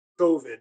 COVID